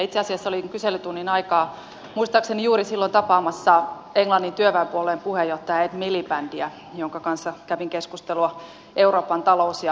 itse asiassa olin kyselytunnin aikaan muistaakseni juuri silloin tapaamassa englannin työväenpuolueen puheenjohtaja ed milibandia jonka kanssa kävin keskustelua euroopan talous ja työllisyystilanteesta